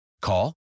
Call